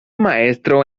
maestro